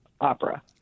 opera